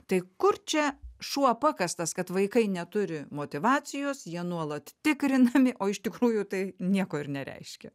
tai kur čia šuo pakastas kad vaikai neturi motyvacijos jie nuolat tikrinami o iš tikrųjų tai nieko ir nereiškia